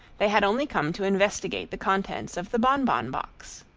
they had only come to investigate the contents of the bonbon box.